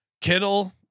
Kittle